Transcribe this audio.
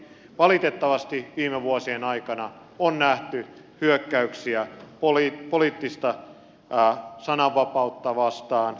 valitettavasti viime vuosien aikana on nähty hyökkäyksiä poliittista sananvapautta vastaan